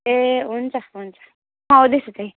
ए हुन्छ हुन्छ म आउँदै छु त्यहीँ